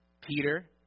Peter